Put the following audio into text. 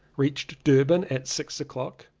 reached durban at six o'clock.